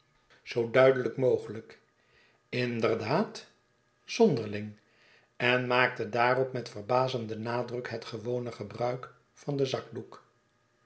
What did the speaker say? zoo duidelijk mogelijk inderdaad zonderling en maakte daarop met verbazenden nadruk het gewone gebruik van den zakdoek